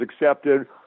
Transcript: accepted